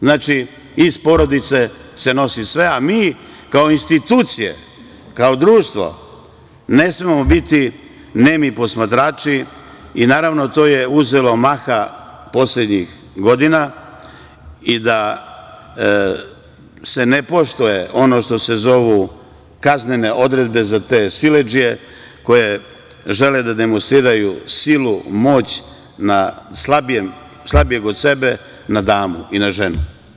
Znači, iz porodice se nosi sve, a mi, kao institucije, kao društvo, ne smemo biti nemi posmatrači i naravno to je uzelo maha poslednjih godina, i ne poštuje se ono što se zovu kaznene odredbe za te siledžije, koje žele da demonstriraju silu i moć nad slabijem od sebe, na damu i na ženu.